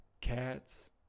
cats